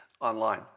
online